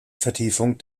vertiefung